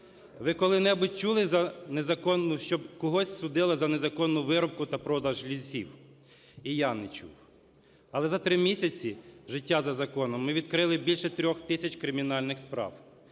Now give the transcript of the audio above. Ви коли-небудь чули за незаконне… щоб когось судили за незаконну вирубку та продаж лісів? І я не чув. Але за три місяці життя за законом ми відкрили більше 3 тисяч кримінальних,